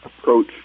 approach